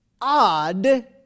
odd